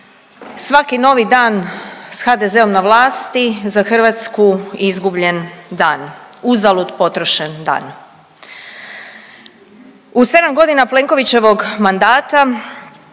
svaki novi dan s HDZ-om na vlasati za Hrvatsku izgubljen dan, uzalud potrošen dan. U sedam godina Plenkovićevog mandata